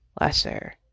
lesser